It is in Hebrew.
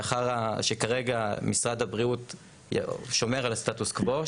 כרגע משרד הבריאות שומר על הסטטוס קוו,